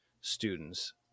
students